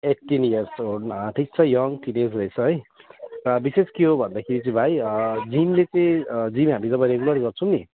eighteen इयर्सको हो ठिक छ यङ ठिकैको रहेछ है अँ विशेष के हो भनेदेखि चाहिँ भाइ नियमले चाहिँ जिम जब हामी रेगुलर गर्छौँ नि